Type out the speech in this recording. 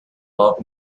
bob